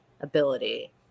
ability